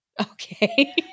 Okay